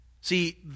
See